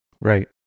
Right